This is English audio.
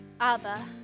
Abba